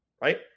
right